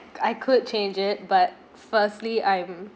I could change it but firstly I'm